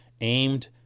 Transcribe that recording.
aimed